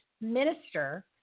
minister